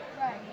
Right